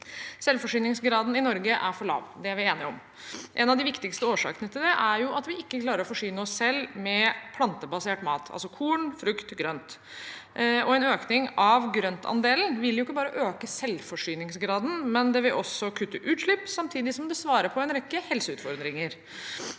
Selvforsyningsgraden i Norge er for lav. Det er vi enige om. En av de viktigste årsakene til det er at vi ikke klarer å forsyne oss selv med plantebasert mat, altså korn, frukt og grønt. En økning av grøntandelen vil ikke bare øke selvforsyningsgraden, det vil også kutte utslipp, samtidig som det svarer på en rekke helseutfordringer.